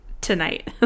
tonight